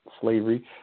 slavery